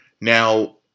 Now